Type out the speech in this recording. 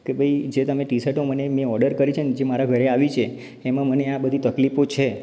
કે ભાઈ જે તમે ટી શર્ટો મને મેં ઑર્ડર કરી છે અને જે મારા ઘરે આવી છે એમાં મને આ બધી તકલીફો છે